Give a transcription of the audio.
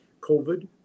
COVID